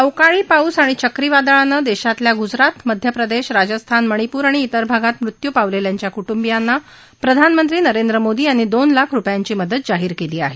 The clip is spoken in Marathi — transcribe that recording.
अवकाळी पाऊस आणि चक्रीवादळानं देशातल्या गुजरात मध्यप्रदेश राजस्थान मणिपूर आणि इतर भागात मृत्यू पावलेल्यांच्या क्ट्रंबियांना प्रधानमंत्री नरेंद्र मोदी यांनी दोन लाख रुपयांची मदत जाहीर केली आहे